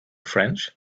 french